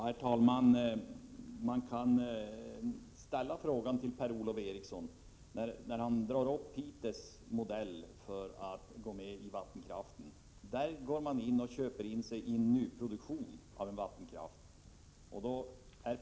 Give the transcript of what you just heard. Herr talman! Per-Ola Eriksson drar upp Piteås modell för att gå med i vattenkraftsproduktionen, men där köper kommunen in sig i en nyproduktion av vattenkraft.